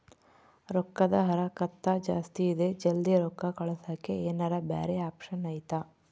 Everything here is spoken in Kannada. ರೊಕ್ಕದ ಹರಕತ್ತ ಜಾಸ್ತಿ ಇದೆ ಜಲ್ದಿ ರೊಕ್ಕ ಕಳಸಕ್ಕೆ ಏನಾರ ಬ್ಯಾರೆ ಆಪ್ಷನ್ ಐತಿ?